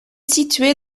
située